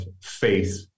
faith